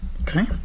okay